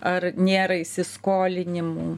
ar nėra įsiskolinimų